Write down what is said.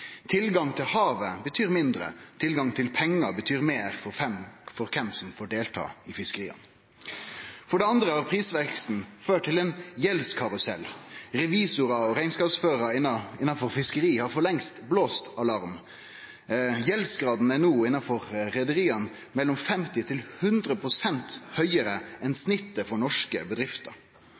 Tilgang til havet betyr mindre, tilgang til pengar meir, for kven som får delta i fiskeria. For det andre har prisveksten ført til ein gjeldskarusell. Revisorar og rekneskapsførarar innanfor fiskeri har for lengst slått alarm. Gjeldsgraden innanfor reiarlaga er no mellom 50 og 100 pst. høgare enn gjennomsnittet for norske bedrifter.